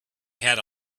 had